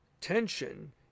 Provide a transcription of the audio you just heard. tension